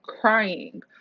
crying